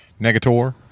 Negator